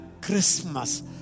Christmas